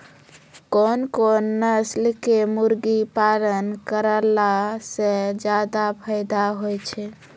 कोन कोन नस्ल के मुर्गी पालन करला से ज्यादा फायदा होय छै?